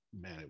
man